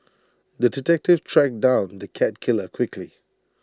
the detective tracked down the cat killer quickly